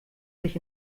sich